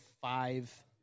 five